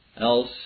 else